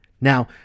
Now